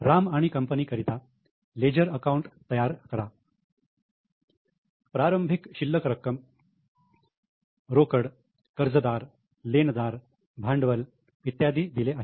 राम आणि कंपनी करिता ledger account तयार करा प्रारंभिक शिल्लक रक्कम रोकड कर्ज दार लेन दार भांडवल इत्यादी दिलेले आहे